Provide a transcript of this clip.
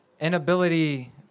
inability